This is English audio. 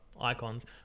icons